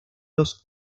los